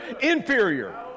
inferior